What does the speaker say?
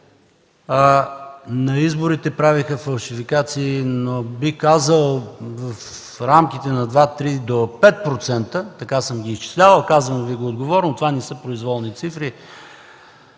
на изборите правеха фалшификации, но бих казал в рамките на два-три до 5%. Така съм ги изчислявал. Казвам Ви го отговорно, това не са произволни цифри.